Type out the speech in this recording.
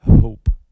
hope